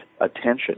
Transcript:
attention